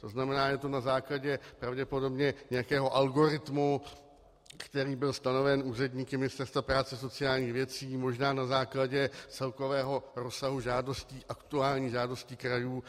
To znamená, je to na základě pravděpodobně nějakého algoritmu, který byl stanoven úředníky Ministerstva práce a sociálních věcí, možná na základě celkového rozsahu aktuálních žádostí krajů.